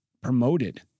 promoted